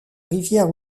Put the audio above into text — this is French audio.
rivière